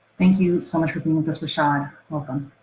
thank you so much for being with us, rashad, welcome.